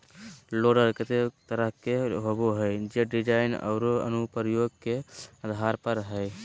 loader केते तरह के होबो हइ, जे डिज़ाइन औरो अनुप्रयोग के आधार पर हइ